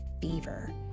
fever